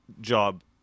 job